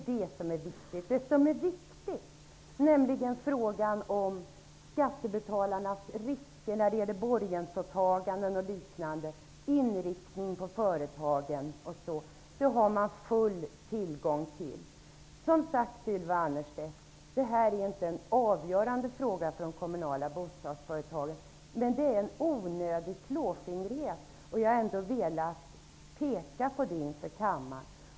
Det viktiga är i stället frågan om skattebetalarnas risker när det gäller borgensåtaganden och liknande, företagens inriktning osv. Dessa uppgifter har man redan full tillgång till. Som sagt, Ylva Annerstedt, detta är inte en avgörande fråga för de kommunala bostadsföretagen, men det handlar om en onödig klåfingrighet, och det har jag velat peka på inför kammaren.